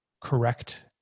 correct